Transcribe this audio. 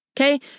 Okay